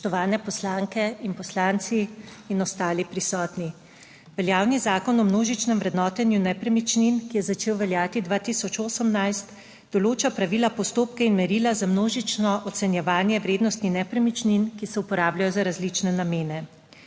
Spoštovani poslanke in poslanci in ostali prisotni! Veljavni Zakon o množičnem vrednotenju nepremičnin, ki je začel veljati 2018, določa pravila, postopke in merila za množično ocenjevanje vrednosti nepremičnin, ki se uporabljajo za različne namene.